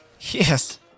Yes